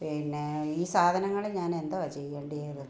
പിന്നെ ഈ സാധനങ്ങൾ ഞാൻ എന്തുവാണ് ചെയ്യേണ്ടിയത്